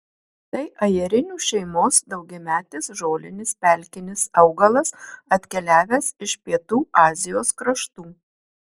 tai ajerinių šeimos daugiametis žolinis pelkinis augalas atkeliavęs iš pietų azijos kraštų